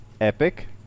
epic